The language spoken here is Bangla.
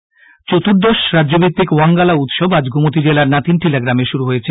ওয়াংগালা উৎসব চতুর্দশ রাজ্যভিত্তিক ওয়াংগালা উৎসব আজ গোমতী জেলার নাতিনটিলা গ্রামে শুরু হয়েছে